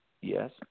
Yes